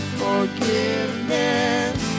forgiveness